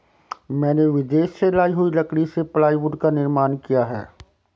मैंने विदेश से लाई हुई लकड़ी से प्लाईवुड का निर्माण किया है